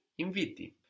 Inviti